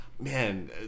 man